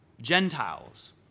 Gentiles